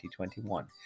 2021